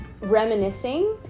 reminiscing